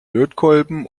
lötkolben